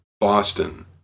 Boston